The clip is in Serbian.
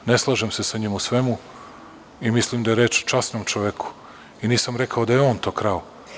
Ne slažem se sa njim u svemu i mislim da je reč o časnom čoveku i nisam rekao da je on to krao.